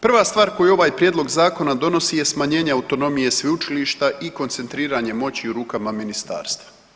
Prva stvar koju ovaj prijedlog zakona donosi je smanjenje autonomije sveučilišta i koncentriranje moći u rukama ministarstva.